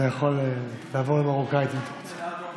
אתה יכול לעבור למרוקאית אם אתה רוצה.